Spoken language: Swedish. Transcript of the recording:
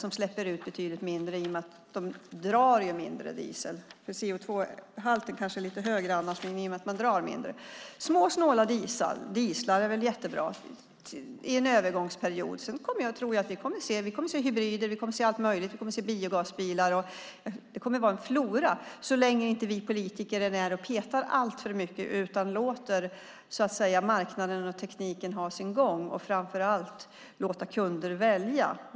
De släpper ut betydligt mindre i och med att de drar mindre bränsle. Små, snåla dieslar är väl jättebra i en övergångsperiod? Jag tror också att vi sedan kommer att få se hybrider, biogasbilar och så vidare. Det kommer att vara en flora av lösningar så länge inte vi politiker är där och petar alltför mycket utan låter marknaden och tekniken ha sin gång och framför allt också låter kunder välja.